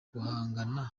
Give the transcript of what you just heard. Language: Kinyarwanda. guhangana